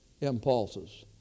impulses